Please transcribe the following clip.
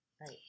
Right